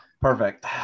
perfect